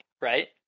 right